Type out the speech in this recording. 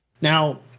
Now